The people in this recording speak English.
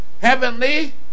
Heavenly